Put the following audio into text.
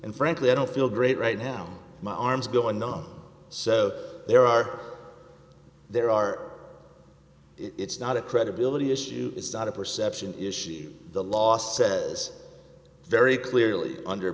and frankly i don't feel great right now my arms going down so there are there are it's not a credibility issue it's not a perception issue the law says very clearly under